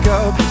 up